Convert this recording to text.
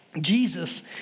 Jesus